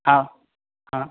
हाँ हाँ